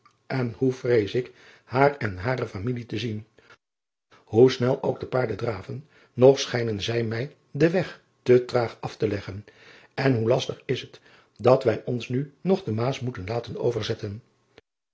en hoe vrees ik haar en hare familie te zien oe snel ook de paarden draven nog schijnen zij mij den weg te traag af te leggen en hoe lastig is het dat wij ons nu nog de aas moeten laten overzetten